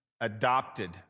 adopted